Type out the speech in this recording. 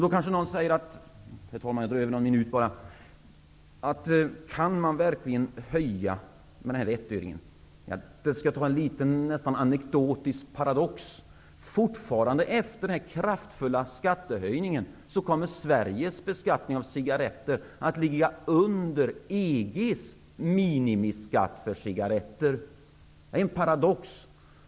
Någon kanske undrar om man verkligen kan höja skatten med ytterligare 1 öre. Jag skall ta en anekdotisk paradox. Efter denna kraftfulla skattehöjning kommer Sveriges beskattning av cigaretter fortfarande att ligga under EG:s minimiskatt för cigaretter. Det är en paradox.